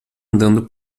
andando